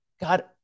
God